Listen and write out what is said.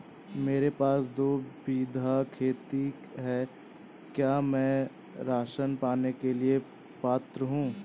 मेरे पास दो बीघा खेत है क्या मैं राशन पाने के लिए पात्र हूँ?